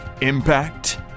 impact